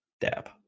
Dab